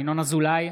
ינון אזולאי,